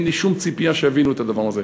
אין לי שום ציפייה שיבינו את הדבר הזה.